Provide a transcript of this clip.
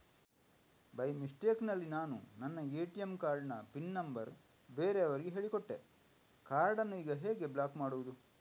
By mistake ನಲ್ಲಿ ನಾನು ನನ್ನ ಎ.ಟಿ.ಎಂ ಕಾರ್ಡ್ ನ ಪಿನ್ ನಂಬರ್ ಬೇರೆಯವರಿಗೆ ಹೇಳಿಕೊಟ್ಟೆ ಕಾರ್ಡನ್ನು ಈಗ ಹೇಗೆ ಬ್ಲಾಕ್ ಮಾಡುವುದು?